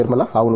నిర్మల అవును